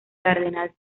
cardenal